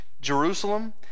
Jerusalem